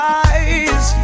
eyes